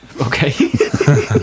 Okay